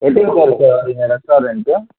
எத்தனி பேர் சார் வரிங்க ரெஸ்ட்டாரண்ட்டு